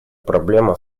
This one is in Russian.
проблема